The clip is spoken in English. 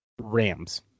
Rams